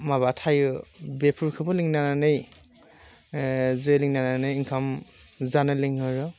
माबा थायो बेफोरखोबो लिंनानै ओंखाम जानो लिंहरो